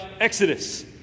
Exodus